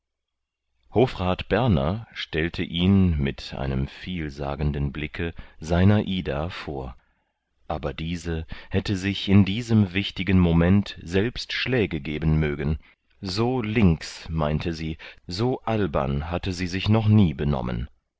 hofrat berner stellte ihn mit einem vielsagenden blicke seiner ida vor aber diese hätte sich in diesem wichtigen moment selbst schläge geben mögen so links meinte sie so albern hatte sie sich noch nie benommen